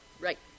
Right